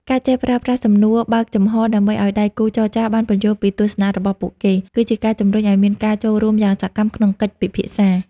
ការចេះប្រើប្រាស់ "សំណួរបើកចំហ" ដើម្បីឱ្យដៃគូចរចាបានពន្យល់ពីទស្សនៈរបស់ពួកគេ គឺជាការជំរុញឱ្យមានការចូលរួមយ៉ាងសកម្មក្នុងកិច្ចពិភាក្សា។